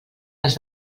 les